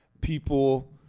people